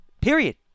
Period